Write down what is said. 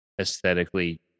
aesthetically